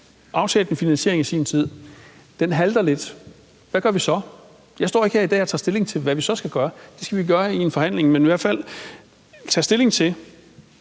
aftalt en finansiering, som halter lidt. Hvad gør vi så? Jeg står ikke her i dag og tager stilling til, hvad vi så skal gøre – det skal vi gøre i en forhandling – men vi skal i hvert fald